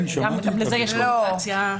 שמישהו אומר שמעולה הוא לא זוכה,